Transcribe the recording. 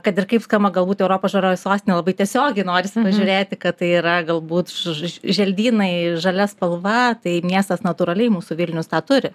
kad ir kaip skamba galbūt europos žalioji sostinė labai tiesiogiai norisi pažiūrėti kad tai yra galbūt ž želdynai žalia spalva tai miestas natūraliai mūsų vilnius tą turi